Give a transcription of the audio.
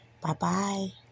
Bye-bye